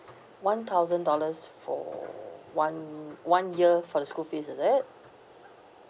one thousand dollars for one one year for the school fees is it